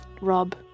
Rob